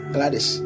Gladys